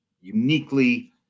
uniquely